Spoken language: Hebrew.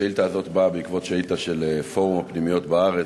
השאילתה הזאת באה בעקבות שאילתה של פורום הפנימיות בארץ.